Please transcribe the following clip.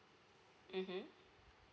mmhmm